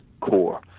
core